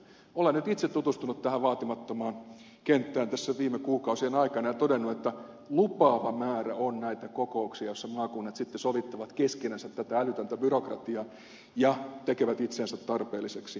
olen nyt itse tutustunut tähän vaatimattomaan kenttään tässä viime kuukausien aikana ja todennut että lupaava määrä on näitä kokouksia joissa maakunnat sitten sovittavat keskenänsä tätä älytöntä byrokratiaa ja tekevät itsensä tarpeellisiksi